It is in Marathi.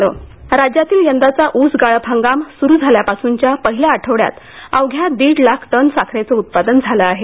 ऊस गाळप हंगाम राज्यातील यंदाचा ऊस गाळप हंगाम स्रु झाल्यापासूनच्या पहिल्या आठवड्यात अवघ्या दीड लाख टन साखरेचं उत्पादन झालं आहे